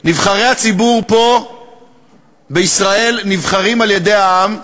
נבחרי הציבור פה בישראל נבחרים על-ידי העם,